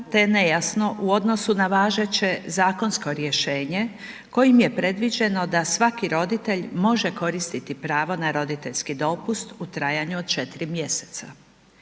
je nejasno u odnosu na važeće zakonsko rješenje kojim je predviđeno da svaki roditelj može koristiti pravo na roditeljski dopust u trajanju od 4 mjeseca.